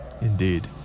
Indeed